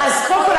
קודם כול,